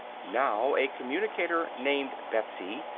now a communicator named betsy,